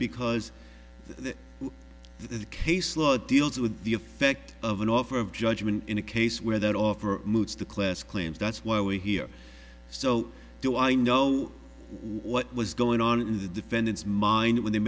because the case law deals with the effect of an offer of judgment in a case where that offer moots the class claims that's why we're here so do i know what was going on in the defendant's mind when he